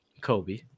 Kobe